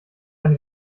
eine